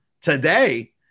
today